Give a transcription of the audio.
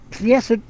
Yes